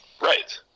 Right